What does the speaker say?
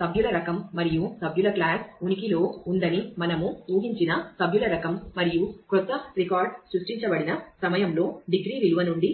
సభ్యుల రకం మరియు సభ్యుల క్లాస్ నుండి తీసుకోబడుతుంది